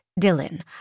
Dylan